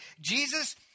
Jesus